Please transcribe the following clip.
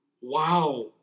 Wow